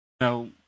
no